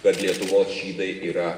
kad lietuvos žydai yra